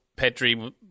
Petri